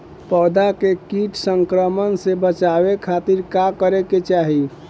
पौधा के कीट संक्रमण से बचावे खातिर का करे के चाहीं?